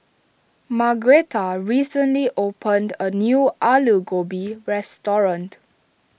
Margretta recently opened a new Alu Gobi restaurant